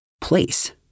place